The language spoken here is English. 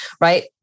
right